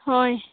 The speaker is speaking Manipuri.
ꯍꯣꯏ